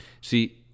See